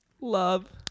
Love